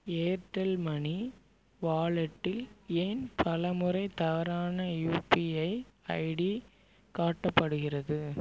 Airtel money வாலெட்டில் ஏன் பலமுறை தவறான யூபிஐ ஐடி காட்டப்படுகிறது